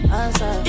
answer